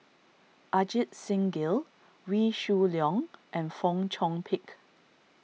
Ajit Singh Gill Wee Shoo Leong and Fong Chong Pik